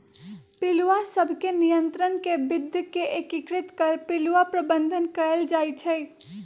पिलुआ सभ के नियंत्रण के विद्ध के एकीकृत कर पिलुआ प्रबंधन कएल जाइ छइ